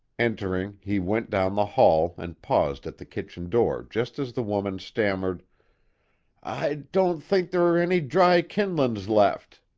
entering, he went down the hall and paused at the kitchen door just as the woman stammered i d-don't think there are any dry kindlings left.